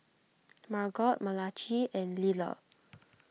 Margot Malachi and Liller